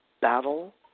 battle